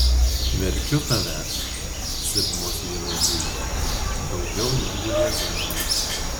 verkiu tavęs sibmos vynuogyne daugiau negu jazero